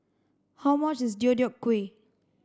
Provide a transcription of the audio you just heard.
how much is Deodeok Gui